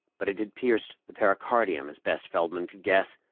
but it had pierced the pericardium, as best feldman could guess,